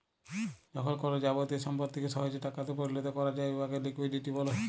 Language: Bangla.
যখল কল যাবতীয় সম্পত্তিকে সহজে টাকাতে পরিলত ক্যরা যায় উয়াকে লিকুইডিটি ব্যলে